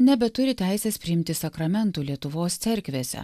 nebeturi teisės priimti sakramentų lietuvos cerkvėse